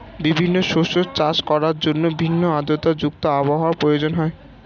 বিভিন্ন শস্য চাষ করার জন্য ভিন্ন আর্দ্রতা যুক্ত আবহাওয়ার প্রয়োজন হয়